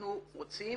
אנחנו רוצים